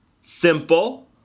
simple